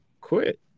quit